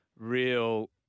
real